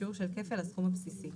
בשיעור של כפל הסכום הבסיסי.